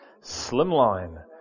Slimline